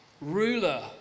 ruler